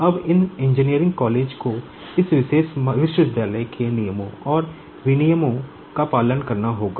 अब इन इंजीनियरिंग कॉलेजों को इस विशेष विश्वविद्यालय के नियमों और विनियमों का पालन करना होगा